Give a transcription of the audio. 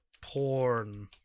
porn